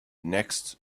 next